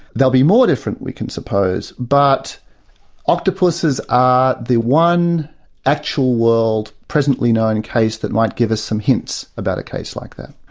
they'll be more different we can suppose. but octopuses are the one actual world presently-known case that might give us some hints about a case like that.